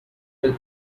will